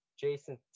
Jason